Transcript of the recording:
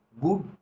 good